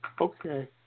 Okay